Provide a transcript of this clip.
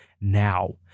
now